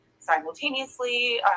simultaneously